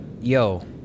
yo